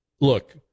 look